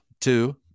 Two